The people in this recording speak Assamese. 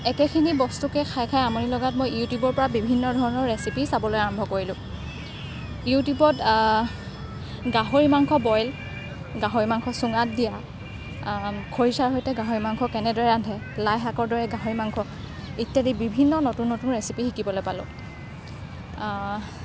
একেখিনি বস্তুকে খাই খাই আমনি লগাত মই ইউটিউবৰ পৰা বিভিন্ন ধৰণৰ ৰেচিপি চাবলৈ আৰম্ভ কৰিলোঁ ইউটিউবত গাহৰি মাংস বইল গাহৰি মাংস চুঙাত দিয়া খৰিচাৰ সৈতে গাহৰি মাংস কেনেদৰে ৰান্ধে লাইশাকৰ দৰে গাহৰি মাংস ইত্যাদি বিভিন্ন নতুন নতুন ৰেচিপি শিকিবলৈ পালোঁ